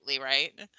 right